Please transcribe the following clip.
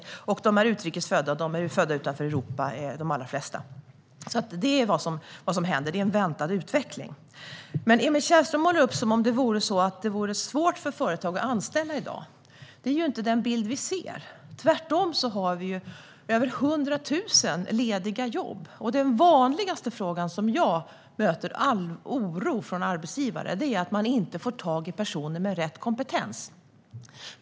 Det handlar om utrikesfödda, och de allra flesta av dem är födda utanför Europa. Detta är alltså vad som pågår, och utvecklingen är väntad. Men Emil Källström målar upp det som om det vore svårt för företag att anställa i dag. Det är inte den bild vi ser. Tvärtom har vi över 100 000 lediga jobb. Den vanligaste frågan där jag möter oro från arbetsgivare handlar om att man inte får tag i personer med rätt kompetens.